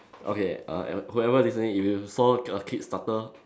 okay uh who~ whoever listening if you saw a kickstarter